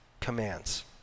commands